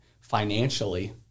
financially